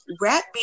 rap